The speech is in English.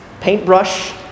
paintbrush